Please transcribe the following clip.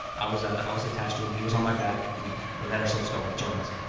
i was i was attached to him, he was on my back, we let ourselves go, we jumped,